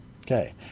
Okay